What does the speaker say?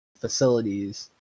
facilities